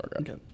Okay